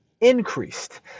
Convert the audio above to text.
increased